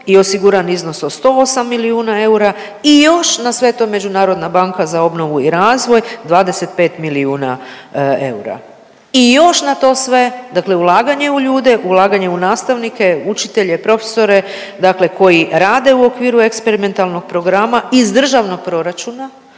i osiguran iznos od 108 milijuna eura i još na sve to Međunarodna banka za obnovu i razvoj 25 milijuna eura i još na to sve, dakle ulaganje u ljude, ulaganje u nastavnike, učitelje, profesore dakle koji rade u okviru eksperimentalnog programa iz državnog proračuna